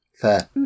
Fair